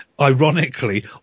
ironically